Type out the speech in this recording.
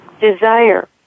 desire